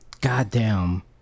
Goddamn